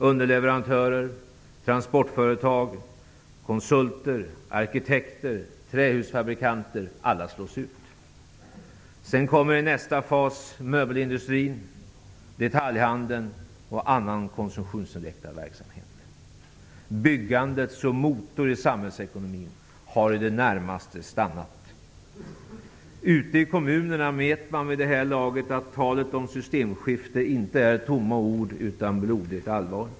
Underleverantörer, transportföretag, konsulter, arkitekter och trähusfabrikanter slås ut. I en andra fas drabbas möbelindustrin, detaljhandeln och annan konsumtionsinriktad verksamhet. Byggandet som motor i samhällsekonomin har i det närmaste stannat. Ute i kommunerna vet man vid det här laget att talet om systemskifte inte är tomma ord utan blodigt allvar.